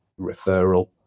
referral